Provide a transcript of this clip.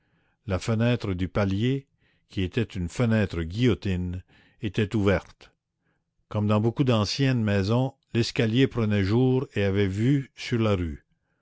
la fenêtre du palier qui était une fenêtre guillotine était ouverte comme dans beaucoup d'anciennes maisons l'escalier prenait jour et avait vue sur la rue